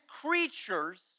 creatures